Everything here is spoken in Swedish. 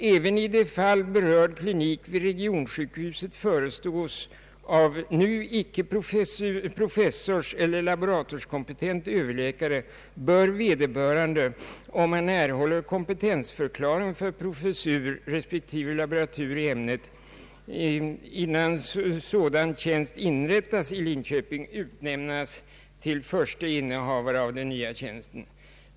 Även i de fall berörd klinik vid regionssjukhuset förestås av nu icke professorseller laboratorskompetent överläkare bör vederbörande — om han erhåller kompetensförklaring för professur resp. laboratur i ämnet innan sådan tjänst inrättas i Linköping — utnämnas till förste innehavare av den nya tjänsten.